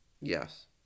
Yes